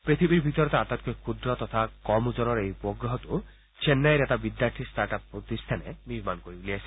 পৃথিৱীৰ ভিতৰতে আটাইতকৈ ক্ষুদ্ৰ তথা কম ওজনৰ এই উপগ্ৰহটো চেন্নাইৰ এটা বিদ্যৰ্থী ষ্টাৰ্টআপ প্ৰতিষ্ঠানে নিৰ্মাণ কৰি উলিয়াইছে